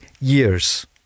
years